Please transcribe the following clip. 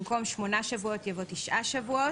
במקום "8 שבועות" יבוא "9 שבועות".